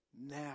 now